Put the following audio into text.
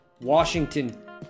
Washington